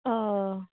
ᱚᱻ